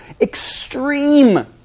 extreme